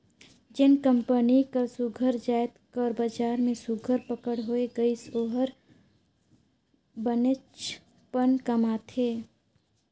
जेन कंपनी कर सुग्घर जाएत कर बजार में सुघर पकड़ होए गइस ओ हर बनेचपन कमाथे